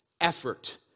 effort